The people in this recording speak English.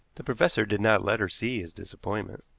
the professor did not let her see his disappointment.